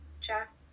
jack